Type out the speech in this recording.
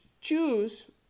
choose